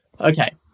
Okay